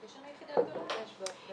יש לנו יחידה גדולה באשדוד.